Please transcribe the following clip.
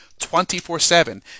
24-7